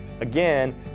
Again